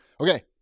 Okay